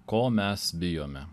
ko mes bijome